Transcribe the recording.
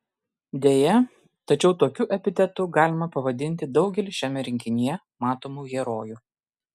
deja tačiau tokiu epitetu galima pavadinti daugelį šiame rinkinyje matomų herojų